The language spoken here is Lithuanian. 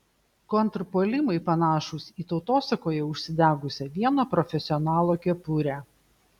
kontrpuolimai panašūs į tautosakoje užsidegusią vieno profesionalo kepurę